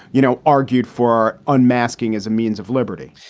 you know, argued for unmasking as a means of liberty?